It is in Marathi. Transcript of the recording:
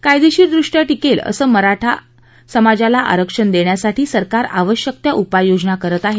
कायदेशीरदृष्ट्या टिकेल असं आरक्षण मराठा समाजाला देण्यासाठी सरकार आवश्यक त्या उपाययोजना करत आहे